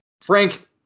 Frank